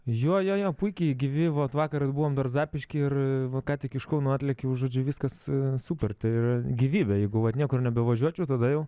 jo jo jo puikiai gyvi vat vakar ir buvom dar zapišky ir ką tik iš kauno atlėkiau žodžiu viskas super tai yra gyvybė jeigu vat niekur nebevažiuočiau tada jau